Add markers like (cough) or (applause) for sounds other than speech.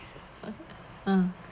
(noise) ah